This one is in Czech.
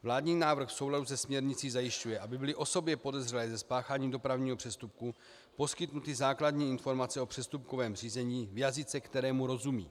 Vládní návrh v souladu se směrnicí zajišťuje, aby byly osobě podezřelé ze spáchání dopravního přestupku poskytnuty základní informace o přestupkovém řízení v jazyce, kterému rozumí.